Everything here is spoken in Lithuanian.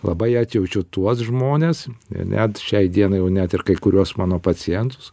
labai atjaučiu tuos žmones net šiai dienai jau net ir kai kuriuos mano pacientus